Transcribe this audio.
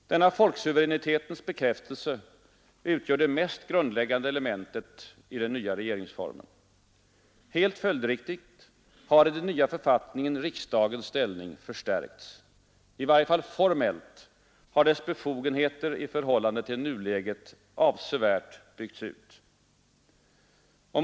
Denna folksuveränitetens bekräftelse utgör det mest grundläggande elementet i den nya regeringsformen. Helt följdriktigt har i den nya författningen riksdagens ställning förstärkts. I varje fall formellt har dess befogenheter i förhållande till nuläget avsevärt byggts ut.